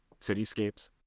cityscapes